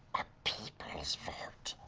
a people's vote.